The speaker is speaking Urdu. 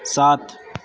ساتھ